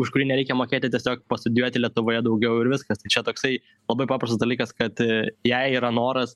už kurį nereikia mokėti tiesiog pastudijuoti lietuvoje daugiau ir viskas tai čia toksai labai paprastas dalykas kad jei yra noras